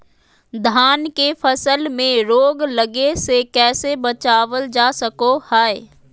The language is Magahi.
धान के फसल में रोग लगे से कैसे बचाबल जा सको हय?